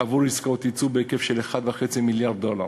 עבור עסקאות יצוא בהיקף של 1.5 מיליארד דולר.